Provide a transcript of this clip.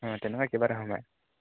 অঁ তেনেকুৱাই কিবা এটা সোমায়